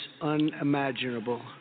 unimaginable